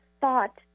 thought